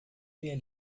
minha